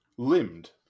Limbed